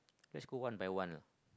let's go one by one